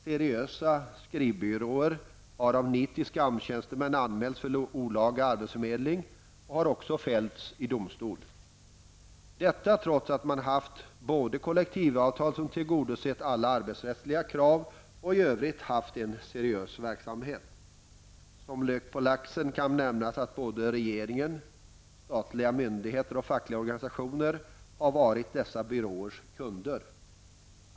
Seriösa skrivbyråer har av nitiska AMS-tjänstemän anmälts för olaga arbetsförmedling. De har också fällts i domstol. Detta trots att man har haft både kollektivavtal som tillgodosett alla arbetsrättsliga krav och i övrigt en seriös verksamhet. Som lök på laxen kan nämnas att både regeringen, statliga myndigheter och fackliga organisationer har varit dessa byråers kunder.